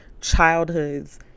childhoods